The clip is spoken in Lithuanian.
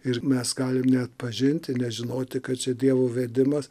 ir mes galim neatpažinti nežinoti kad čia dievo vedimas